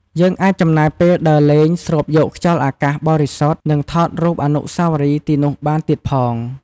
យើងអាចចំណាយពេលដើរលេង ស្រូបយកខ្យល់អាកាសបរិសុទ្ធ និងថតរូបអនុស្សាវរីយ៍ទីនោះបានទៀតផង ។